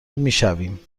میشویم